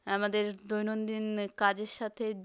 আমাদের দৈনন্দিন কাজের সাথে